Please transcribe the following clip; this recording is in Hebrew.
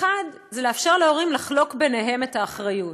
האחת זה לאפשר להורים לחלוק ביניהם את האחריות,